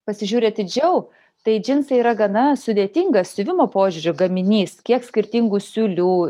pasižiūri atidžiau tai džinsai yra gana sudėtingas siuvimo požiūriu gaminys kiek skirtingų siūlių